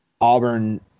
Auburn